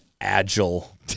agile